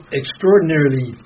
extraordinarily